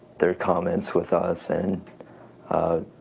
their comments with us and a